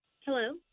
Hello